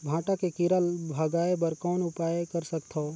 भांटा के कीरा भगाय बर कौन उपाय कर सकथव?